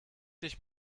dich